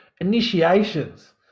initiations